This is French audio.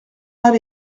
m’en